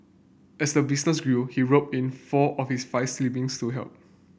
as the business grew he roped in four of his five siblings to help